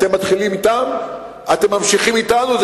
אתם מתחילים אתם, אתם ממשיכים אתנו.